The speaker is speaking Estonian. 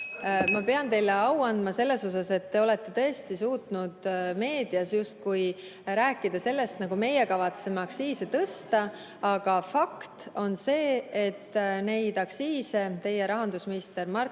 Ma pean teile au andma selles osas, et te olete tõesti suutnud meedias rääkida sellest, nagu meie kavatseme aktsiise tõsta. Aga fakt on see, et neid aktsiise teie rahandusminister Martin